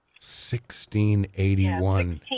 1681